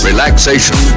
Relaxation